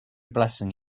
blessing